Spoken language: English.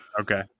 Okay